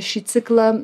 šį ciklą